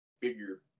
figure